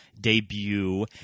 debut